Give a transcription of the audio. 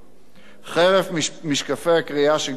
חרף משקפי הקריאה שכבר אימצנו.